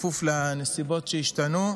בכפוף לנסיבות שהשתנו,